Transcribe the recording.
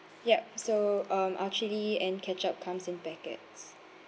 yup so um our chilli and ketchup comes in packets